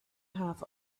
half